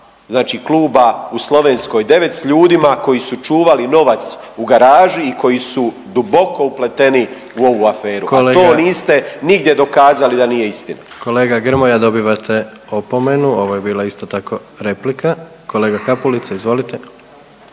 znači kluba u Slovenskoj 9 s ljudima koji su čuvali novac u garaži i koji su duboko upleteni u ovu aferu…/Upadica predsjednik: Kolega/…, a to niste nigdje dokazali da nije istina. **Jandroković, Gordan (HDZ)** Kolega Grmoja dobivate opomenu, ovo je bila isto tako replika. Kolega Kapulica izvolite.